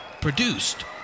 Produced